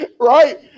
Right